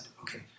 Okay